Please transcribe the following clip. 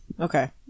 Okay